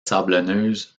sablonneuse